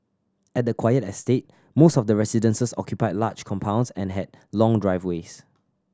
at the quiet estate most of the residences occupied large compounds and had long driveways